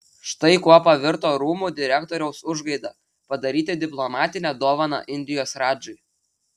štai kuo pavirto rūmų direktoriaus užgaida padaryti diplomatinę dovaną indijos radžai